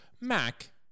mac